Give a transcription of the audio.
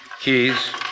Keys